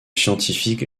scientifique